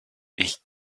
ich